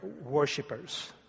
worshippers